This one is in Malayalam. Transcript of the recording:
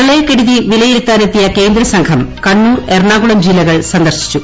പ്രളയക്കെടുതിവിലയിരുത്താണ്ത്തിയകേന്ദ്രസംഘംകണ്ണൂർ എറണാകുളംജില്ലകൾസന്ദർശിച്ചു